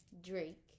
Drake